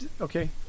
Okay